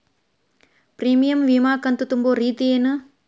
Premium ವಿಮಾ ಕಂತು ತುಂಬೋ ರೇತಿ ಏನು?